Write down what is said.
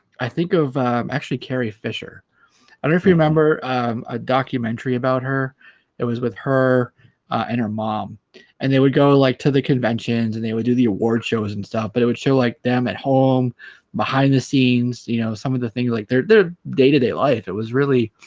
i think of actually carrie fisher i don't remember a documentary about her it was with her and her mom and they would go like to the conventions and they would do the award shows and stuff but it would show like them at home behind the scenes you know some of the things like their their day-to-day life it was really